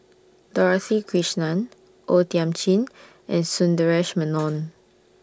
Dorothy Krishnan O Thiam Chin and Sundaresh Menon